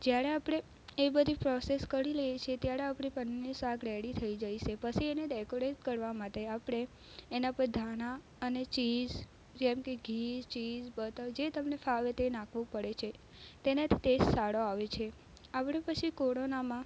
જ્યારે આપણે એ બધી પ્રોસેસ કરી લઈએ છે ત્યારે આપણી પનીરની શાક રેડી થઈ જાય છે પછી એને ડેકોરેટ કરવા માટે આપળે એના પર ધાણા અને ચીજ જેમ કે ઘી ચીજ બટર જે તમને ફાવે તે નાખવું પડે છે તેનાથી ટેસ્ટ સારો આવે છે આપણે પછી કોરોનામાં